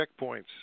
checkpoints